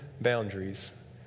boundaries